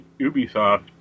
Ubisoft